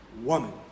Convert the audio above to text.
woman